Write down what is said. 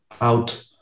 out